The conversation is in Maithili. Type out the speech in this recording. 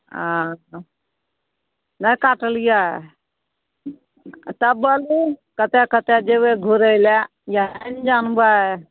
ओ नहि काटलियै तब बोलू कतऽ कतऽ जेबै घुरै लै इएह ने जानबै